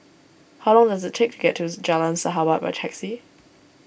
how long does it take to get to Jalan Sahabat by taxi